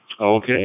Okay